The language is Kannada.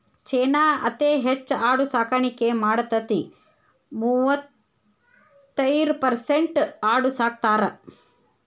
ಚೇನಾ ಅತೇ ಹೆಚ್ ಆಡು ಸಾಕಾಣಿಕೆ ಮಾಡತತಿ, ಮೂವತ್ತೈರ ಪರಸೆಂಟ್ ಆಡು ಸಾಕತಾರ